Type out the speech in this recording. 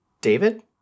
David